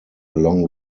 along